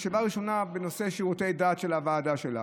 ישיבה ראשונה בנושא שירותי דת בוועדה שלה.